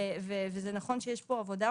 ונכון שיש פה עבודה,